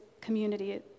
community